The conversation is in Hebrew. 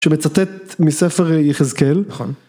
‫שמצטט מספר יחזקאל. ‫-נכון.